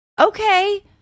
okay